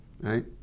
right